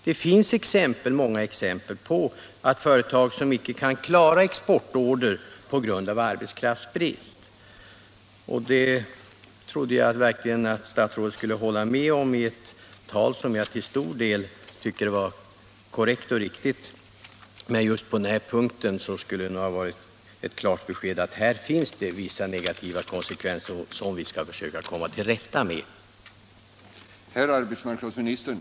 Det finns många exempel på företag som icke kan klara exportorder på grund av arbetskraftsbrist. Det trodde jag att statsrådet var medveten om. På den här punkten skulle det ha varit glädjande med ett klart besked; det finns vissa negativa konsekvenser med 25-kronan, men dem skall vi försöka komma till rätta med.